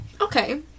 Okay